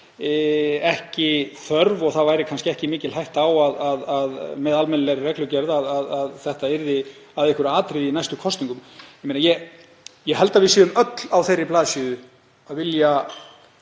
á því og það væri kannski ekki mikil hætta á, með almennilegri reglugerð, að þetta yrði að einhverju atriði í næstu kosningum. Ég held að við séum öll á þeirri blaðsíðu að vilja